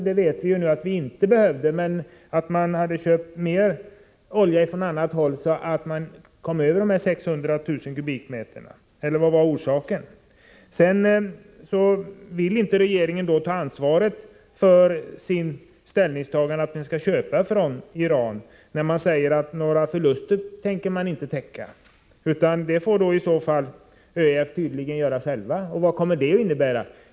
Ja, vi vet ju nu att man inte behövde den, men hade man köpt så mycket olja från annat håll så att man kom över de 600 000 m?? Vad var annars orsaken? Regeringen vill inte ta ansvaret för sitt ställningstagande att vi skall köpa från Iran när man säger att man inte tänker täcka några förluster. Det får i så fall ÖEF tydligen självt göra. Vad kommer det att innebära?